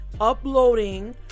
uploading